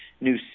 new